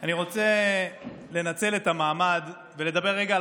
אני רוצה לנצל את המעמד ולדבר רגע על